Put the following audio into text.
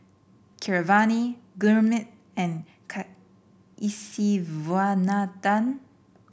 Keeravani Gurmeet and Kasiviswanathan